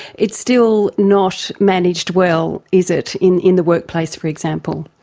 it's still not managed well is it in in the workplace for example?